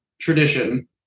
tradition